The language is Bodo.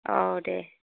औ दे